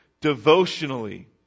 devotionally